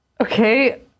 Okay